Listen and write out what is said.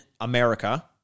America